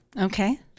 Okay